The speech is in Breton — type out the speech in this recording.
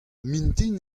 mintin